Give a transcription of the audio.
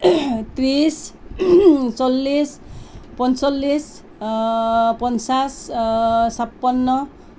ত্ৰিছ চল্লিছ পঞ্চল্লিছ পঞ্চাছ ছাপন্ন